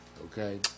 okay